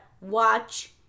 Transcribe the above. watch